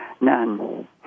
none